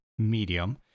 Medium